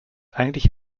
eigentlich